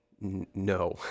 no